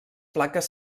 plaques